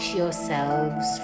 yourselves